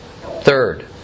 Third